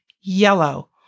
yellow